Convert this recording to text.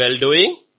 well-doing